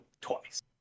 twice